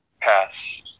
pass